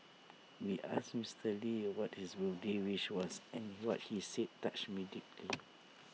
we asked Mister lee what his birthday wish was and what he said touched me deeply